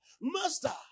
Master